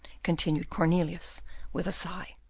continued cornelius with a sigh,